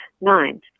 Nine